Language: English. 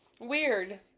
Weird